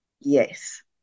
yes